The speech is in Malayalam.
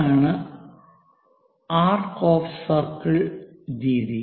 ഇതാണ് ആർക്ക് ഓഫ് സർക്കിൾ രീതി